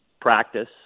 practice